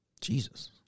Jesus